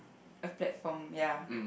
a platform ya